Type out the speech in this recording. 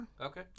Okay